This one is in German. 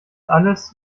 alles